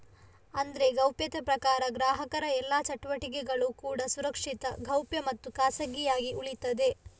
ಅಂದ್ರೆ ಗೌಪ್ಯತೆ ಪ್ರಕಾರ ಗ್ರಾಹಕರ ಎಲ್ಲಾ ಚಟುವಟಿಕೆಗಳು ಕೂಡಾ ಸುರಕ್ಷಿತ, ಗೌಪ್ಯ ಮತ್ತು ಖಾಸಗಿಯಾಗಿ ಉಳೀತದೆ